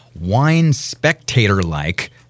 wine-spectator-like